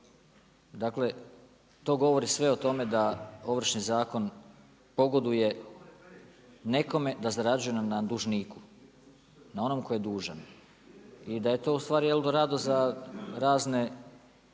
Dakle, to govori sve o tome da Ovršni zakon pogoduje nekome da zarađuje na dužniku, na onome tko je dužan i da je to u stvari El Dorado za razna